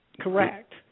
Correct